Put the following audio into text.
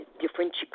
different